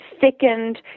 thickened